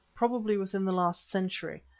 probably within the last century,